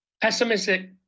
Pessimistic